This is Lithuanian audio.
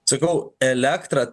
sakau elektra